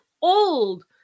old